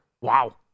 Wow